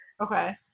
okay